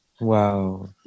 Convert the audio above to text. wow